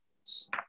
Yes